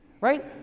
Right